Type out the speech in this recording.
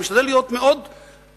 אני משתדל להיות מאוד ריאליסטי,